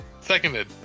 Seconded